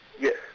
Yes